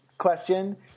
question